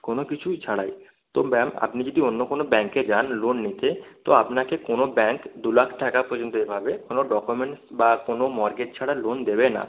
কোনো কিছুই ছাড়াই তো ম্যাম আপনি যদি অন্য কোনো ব্যাঙ্কে যান লোন নিতে তো আপনাকে কোনো ব্যাঙ্ক দু লাখ টাকা পর্যন্ত এভাবে কোনো ডকুমেন্টস বা কোনো মর্টগেজ ছাড়া লোন দেবে না